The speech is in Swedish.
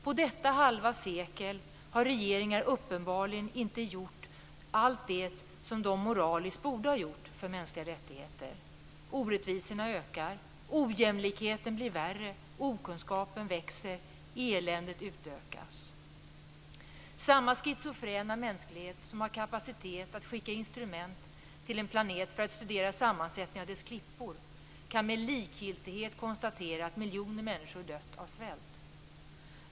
På detta halva sekel har regeringar uppenbarligen inte gjort allt det de moraliskt borde ha gjort för mänskliga rättigheter. Orättvisorna ökar, ojämlikheten blir värre, okunskapen växer, eländet utökas. Samma schizofrena mänsklighet som har kapacitet att skicka instrument till en planet för att studera sammansättningen av dess klippor kan med likgiltighet konstatera att miljoner människor dött av svält.